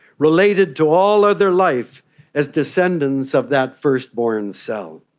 related to all other life as descendants of that first born cell.